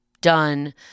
done